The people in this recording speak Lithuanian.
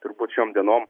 turbūt šiom dienom